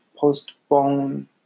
postpone